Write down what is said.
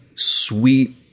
sweet